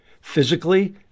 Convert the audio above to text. physically